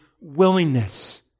willingness